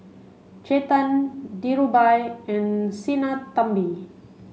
Chetan Dhirubhai and Sinnathamby